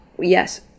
Yes